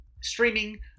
streaming